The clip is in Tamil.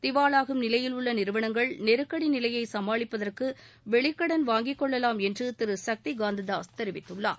திவாவாகும் நிலையில் உள்ள நிறுவனங்கள் நெருக்கடி நிலையை சமாளிப்பதற்கு வெளிக்கடன் வாங்கிக் கொள்ளலாம் என்று திரு சக்தி காந்ததாஸ் தெரிவித்துள்ளார்